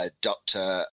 doctor